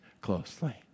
closely